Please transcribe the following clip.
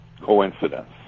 coincidence